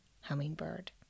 hummingbird